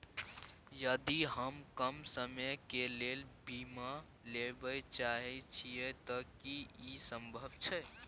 यदि हम कम समय के लेल बीमा लेबे चाहे छिये त की इ संभव छै?